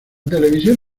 televisión